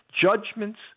Judgments